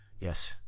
Yes